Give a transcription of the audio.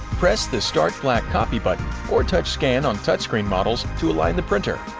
press the start black copy button or touch scan on touchscreen models to align the printer.